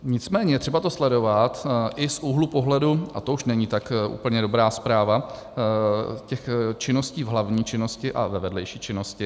Nicméně je to třeba sledovat i z úhlu pohledu a to už není tak úplně dobrá zpráva těch činností v hlavní činnosti a ve vedlejší činnosti.